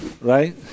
Right